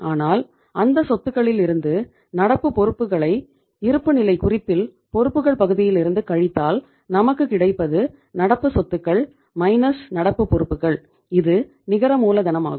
ஆனால் அந்த சொத்துக்களிலிருந்து நடப்பு பொறுப்புகளை இருப்புநிலை குறிப்பில் பொறுப்புகள் பகுதியிலிருந்து கழித்தால் நமக்கு கிடைப்பது நடப்பு சொத்துக்கள் மைனஸ் நடப்பு பொறுப்புகள் இது நிகர மூலதனமாகும்